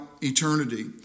eternity